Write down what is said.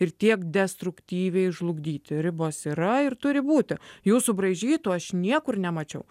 ir tiek destruktyviai žlugdyti ribos yra ir turi būti jų subraižytų aš niekur nemačiau